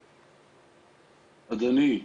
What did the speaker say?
אדוני,